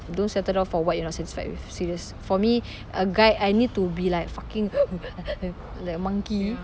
don't settle down for what you're not satisfied with serious for me a guy I need to be like fucking like a monkey